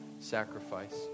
sacrifice